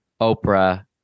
Oprah